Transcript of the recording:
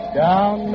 down